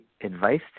advice